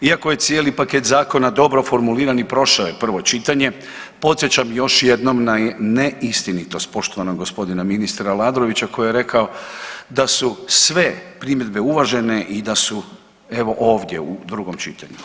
Iako je cijeli paket zakona dobro formuliran i prošao je prvo čitanje, podsjećam još jednom na neistinitost poštovanog gospodina ministra Aladrovića koji je rekao da su sve primjedbe uvažene i da su evo ovdje u drugom čitanju.